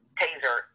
taser